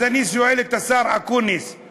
אז אני שואל את השר אקוניס,